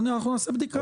טוב, אנחנו נעשה בדיקה.